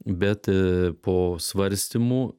bet po svarstymų